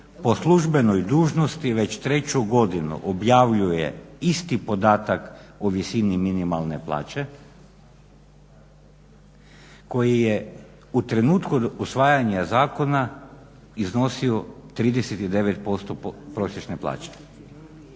po službenoj dužnosti već 3 godinu objavljuje isti podatak o visini minimalne plaće koji je u trenutku usvajanja zakona iznosio 39% prosječne plaće.